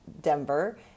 Denver